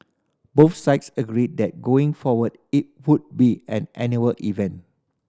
both sides agreed that going forward it would be an annual event